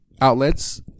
outlets